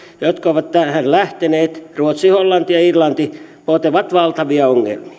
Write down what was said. jotka ovat tähän lähteneet ruotsi hollanti ja irlanti potevat valtavia ongelmia